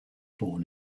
born